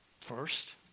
First